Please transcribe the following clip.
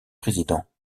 présidents